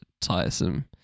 tiresome